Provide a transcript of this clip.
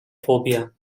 phobia